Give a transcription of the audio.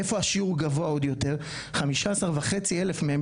איפה השיעור גבוה עוד יותר - חמישה עשר וחצי אלף מהם,